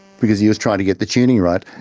because he was trying to get the tuning right.